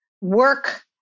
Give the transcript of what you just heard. work